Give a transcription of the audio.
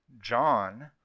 John